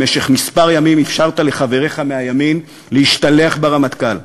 במשך כמה ימים אפשרת לחבריך מהימין להשתלח ברמטכ"ל.